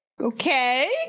Okay